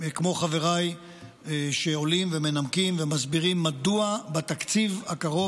כמו חבריי שעולים ומנמקים ומסבירים מדוע בתקציב הקרוב